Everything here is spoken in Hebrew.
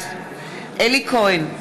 אלי כהן,